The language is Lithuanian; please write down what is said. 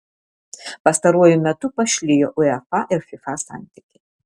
pastaruoju metu pašlijo uefa ir fifa santykiai